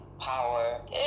power